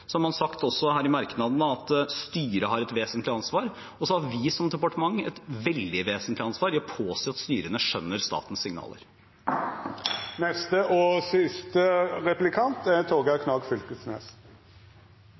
Så har man også sagt i merknadene at styret har et vesentlig ansvar, og så har vi som departement et veldig vesentlig ansvar i å påse at styrene skjønner statens signaler.